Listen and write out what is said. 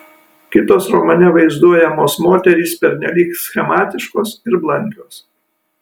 kitos romane vaizduojamos moterys pernelyg schematiškos ir blankios